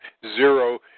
zero